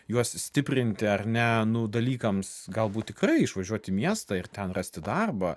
juos stiprinti ar ne nu dalykams galbūt tikrai išvažiuot į miestą ir ten rasti darbą